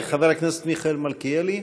חבר הכנסת מיכאל מלכיאלי,